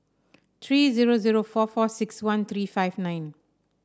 three zero zero four four six one three five nine